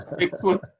Excellent